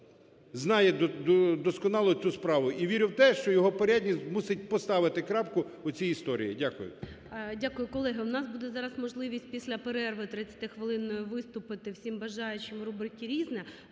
знає досконало цю справу, і вірю в те, що його порядність змусить поставити крапку у цій історії. Дякую. ГОЛОВУЮЧИЙ. Дякую. Колеги, у нас буде зараз можливість після перерви 30-хвилинної виступити всім бажаючим рубрики "Різне".